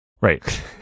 right